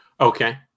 Okay